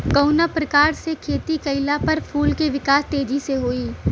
कवना प्रकार से खेती कइला पर फूल के विकास तेजी से होयी?